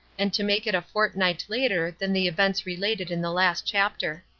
and to make it a fortnight later than the events related in the last chapter.